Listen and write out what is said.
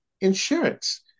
insurance